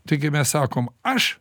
taigi mes sakome aš